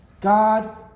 God